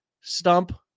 Stump